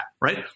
right